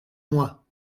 moi